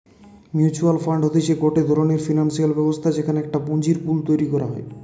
mutual fund হতিছে গটে ধরণের ফিনান্সিয়াল ব্যবস্থা যেখানে একটা পুঁজির পুল তৈরী করা হয়